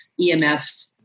EMF